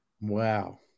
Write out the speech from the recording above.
Wow